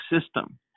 system